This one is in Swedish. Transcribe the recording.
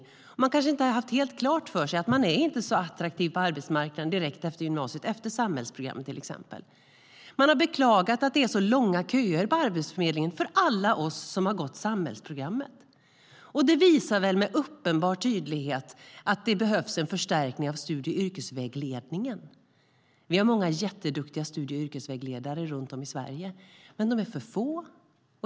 De har kanske inte haft helt klart för sig att de inte är så attraktiva på arbetsmarknaden direkt efter till exempel samhällsprogrammet. De har beklagat att det är så långa köer för alla som har gått samhällsprogrammet. Detta visar med uppenbar tydlighet att det behövs en förstärkning av studie och yrkesvägledningen. Vi har duktiga studie och yrkesvägledare i Sverige, men de är för få.